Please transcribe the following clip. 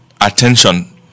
attention